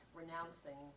renouncing